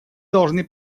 должны